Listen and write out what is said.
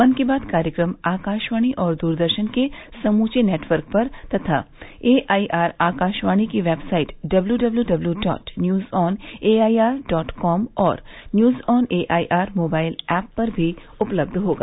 मन की बात कार्यक्रम आकाशवाणी और दूरदर्शन के समूचे नेटवर्क पर तथा ए आइ आर आकाशवाणी की website W W W W dot news on A I R dot com और news on AIR mobile app पर भी उपलब्ध होगा